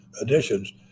additions